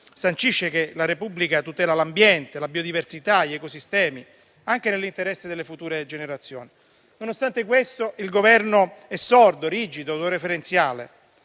sancisce che la Repubblica tutela l'ambiente, la biodiversità e gli ecosistemi, anche nell'interesse delle future generazioni. Nonostante questo, il Governo è sordo, rigido e autoreferenziale,